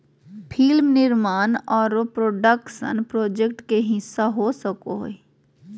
film निर्माण आरो production project के हिस्सा हो सको हय